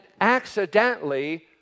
accidentally